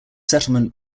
settlement